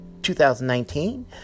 2019